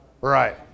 Right